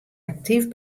aktyf